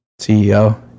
CEO